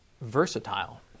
versatile